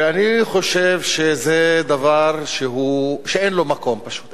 ואני חושב שזה דבר שאין לו מקום, פשוט.